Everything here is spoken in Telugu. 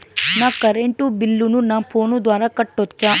నా కరెంటు బిల్లును నా ఫోను ద్వారా కట్టొచ్చా?